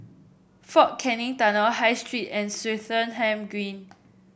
Fort Canning Tunnel High Street and Swettenham Green